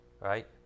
right